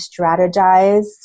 strategize